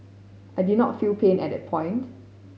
I did not feel pain at that point